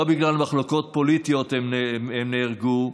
לא בגלל מחלוקות פוליטיות הם נהרגו.